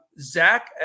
Zach